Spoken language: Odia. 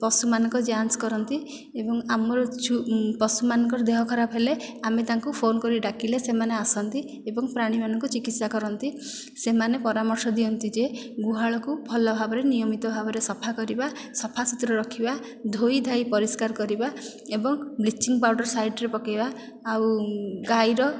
ପଶୁମାନଙ୍କ ଯାଞ୍ଚ କରନ୍ତି ଏବଂ ଆମର ଛୁ ପଶୁମାନଙ୍କର ଦେହ ଖରାପ ହେଲେ ଆମେ ତାଙ୍କୁ ଫୋନ୍ କରି ଡାକିଲେ ସେମାନେ ଆସନ୍ତି ଏବଂ ପ୍ରାଣୀମାନଙ୍କୁ ଚିକିତ୍ସା କରନ୍ତି ସେମାନେ ପରାମର୍ଶ ଦିଅନ୍ତି ଯେ ଗୁହାଳକୁ ଭଲ ଭାବରେ ନିୟମିତ ଭାବରେ ସଫା କରିବା ସଫାସୁତୁରା ରଖିବା ଧୋଇଧାଇ ପରିଷ୍କାର କରିବା ଏବଂ ବ୍ଲିଚିଂ ପାଉଡ଼ର୍ ସାଇଡ଼ରେ ପକେଇବା ଆଉ ଗାଈର